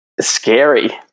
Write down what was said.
scary